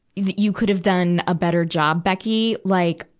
you could have done a better job, becky, like,